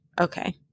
Okay